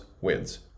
wins